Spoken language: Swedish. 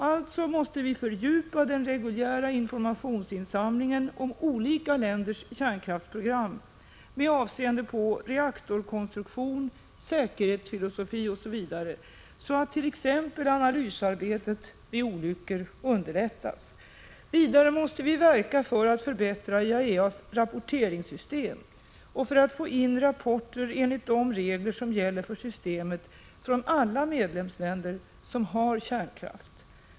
Vi måste alltså fördjupa den reguljära informationsinsamlingen i fråga om olika länders kärnkraftsprogram — med avseende på reaktorkonstruktioner, säkerhetsfilosofi osv. — så att t.ex analysarbetet vid olyckor underlättas. Vidare måste vi verka för att förbättra IAEA:s rapporteringssystem och för att enligt de regler som gäller för systemet få in rapporter från alla medlemsländer som har kärnkraft.